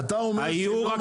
היו רק